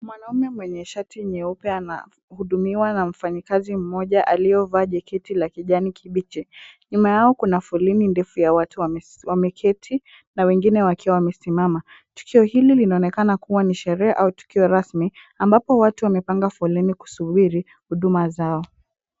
Mwanaume mwenye shati nyeupe anahudumiwa na mfanyikazi mmoja aliyevaa jaketi la kijani kibichi. Nyuma yao kuna foleni ndefu ya watu wameketi na wengine wakiwa wamesimama. Tukio hili linaonekana kuwa ni sherehe au tukio rasmi, ambapo watu wamepanga foleni kusubiri huduma zao.